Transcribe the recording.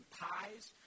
pies